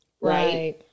Right